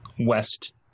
west